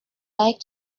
like